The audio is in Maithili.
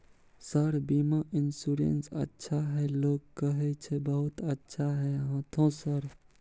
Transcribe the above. सर बीमा इन्सुरेंस अच्छा है लोग कहै छै बहुत अच्छा है हाँथो सर?